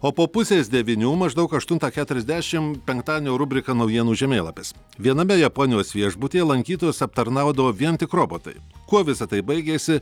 o po pusės devynių maždaug aštuntą keturiasdešim penktadienio rubrika naujienų žemėlapis viename japonijos viešbutyje lankytojus aptarnaudavo vien tik robotai kuo visa tai baigėsi